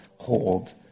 Hold